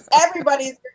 Everybody's